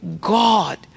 God